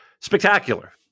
spectacular